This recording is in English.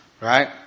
Right